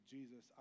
Jesus